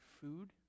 food